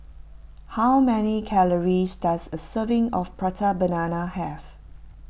how many calories does a serving of Prata Banana have